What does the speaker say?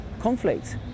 conflict